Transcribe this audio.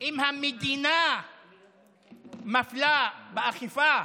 אם המדינה מפלה באכיפה,